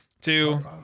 two